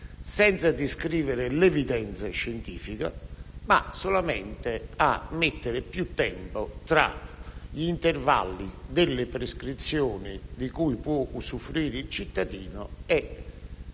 senza descrivere l'evidenza scientifica e solamente per mettere più tempo tra gli intervalli delle prescrizioni di cui può usufruire il cittadino rispetto